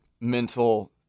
mental